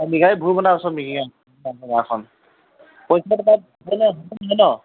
পঁচিছশ টকাত হ'ব নহয় ন'